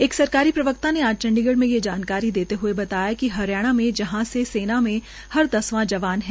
एक सरकारी प्रवक्ता ने आज चंडीगढ़ में ये जानकारी देते हुए बताया कि हरियाणा में जहां से सेना में हर दसवां जवान है